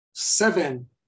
Seven